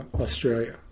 Australia